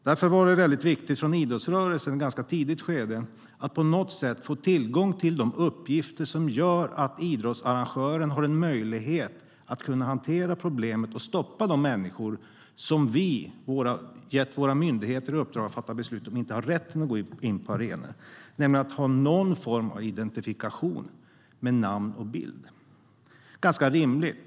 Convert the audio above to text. Därför var det i ett ganska tidigt skede viktigt för idrottsrörelsen att på något sätt få tillgång till de uppgifter som gör att idrottsarrangören har möjlighet att hantera problemet och stoppa de människor som våra myndigheter, på uppdrag av oss, har bestämt inte har rätt att gå in på arenor. Man ska alltså ha någon form av identifikation med namn och bild, vilket är ganska rimligt.